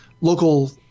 local